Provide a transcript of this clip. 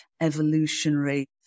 evolutionary